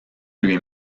lui